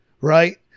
right